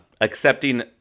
accepting